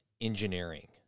engineering